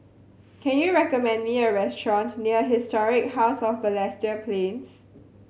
can you recommend me a restaurant near Historic House of Balestier Plains